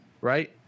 right